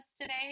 today